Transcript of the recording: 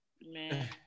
Man